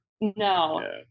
No